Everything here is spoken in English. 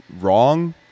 wrong